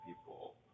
people